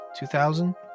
2000